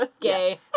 Gay